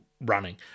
Running